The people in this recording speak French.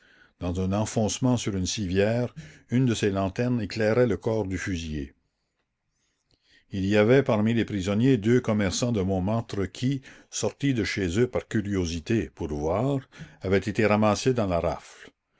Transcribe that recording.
dans un enfoncement sur une civière une de ces lanternes éclairait le corps du fusillé il y avait parmi les prisonniers deux commerçants de montmartre qui sortis de chez eux par curiosité pour voir avaient été ramassés dans la rafle